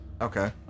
Okay